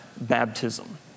baptism